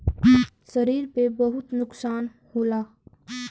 शरीर पे बहुत नुकसान होला